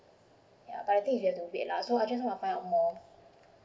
ya but the thing is you have to wait lah so I just want to find out more